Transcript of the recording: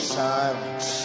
silence